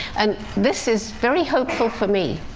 and this is very hopeful for me.